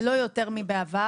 זה לא יותר מבעבר,